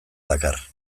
dakar